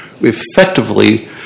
Effectively